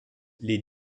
les